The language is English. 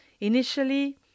Initially